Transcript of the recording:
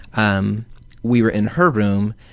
um we were in her room.